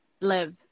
live